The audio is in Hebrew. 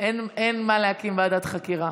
אין מה להקים ועדת חקירה.